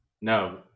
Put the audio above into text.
No